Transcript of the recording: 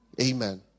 Amen